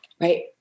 right